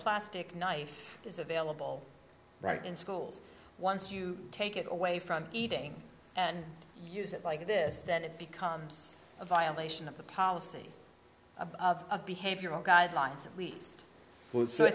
knife is available right in schools once you take it away from eating and use it like this that it becomes a violation of the policy of behavioral guidelines at least so